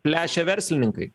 plešia verslininkai